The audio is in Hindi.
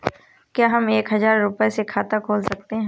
क्या हम एक हजार रुपये से खाता खोल सकते हैं?